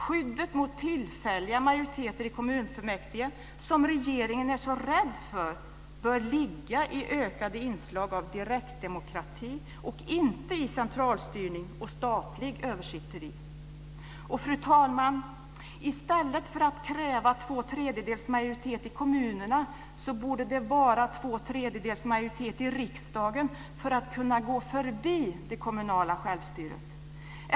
Skyddet mot tillfälliga majoriteter i kommunfullmäktige, som regeringen är så rädd för, bör ligga i ökade inslag av direktdemokrati och inte i centralstyrning och statligt översitteri. Fru talman! I stället för att kräva två tredjedels majoritet i kommunerna borde det vara två tredjedels majoritet i riksdagen för att kunna gå förbi det kommunala självstyret.